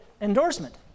endorsement